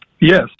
yes